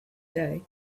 day